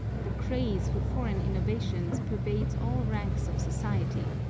the craze for foreign innovations pervades all ranks of society,